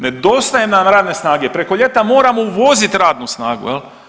Nedostaje nam radne snage, preko ljeta moramo uvoziti radnu snagu, je li.